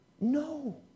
No